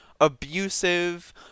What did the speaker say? abusive